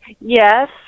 Yes